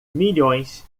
milhões